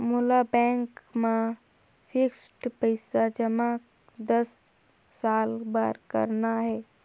मोला बैंक मा फिक्स्ड पइसा जमा दस साल बार करना हे?